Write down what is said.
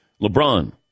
LeBron